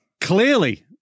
clearly